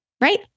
right